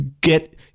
get